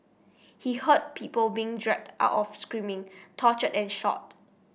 he heard people being dragged out screaming tortured and shot